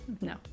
No